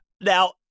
Now